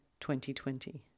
2020